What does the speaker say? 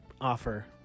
offer